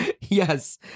Yes